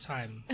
Time